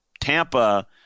Tampa